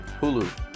Hulu